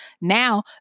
now